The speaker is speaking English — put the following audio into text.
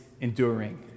enduring